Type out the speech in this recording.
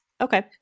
Okay